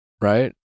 Right